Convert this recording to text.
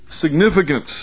significance